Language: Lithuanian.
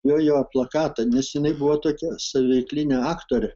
jo jo plakatą neseniai buvo tokia saviveiklinė aktorė